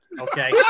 okay